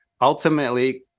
Ultimately